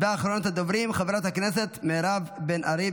אחרונת הדוברים, חברת הכנסת מירב בן ארי,